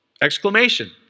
exclamation